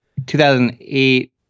2008